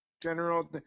General